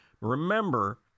Remember